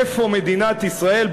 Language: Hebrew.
איפה מדינת ישראל,